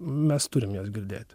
mes turim juos girdėti